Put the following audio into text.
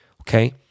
okay